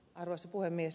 arvoisa puhemies